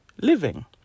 living